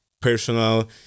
personal